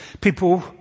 People